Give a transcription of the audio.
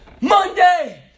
Monday